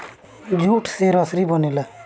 jute से रसरी बनेला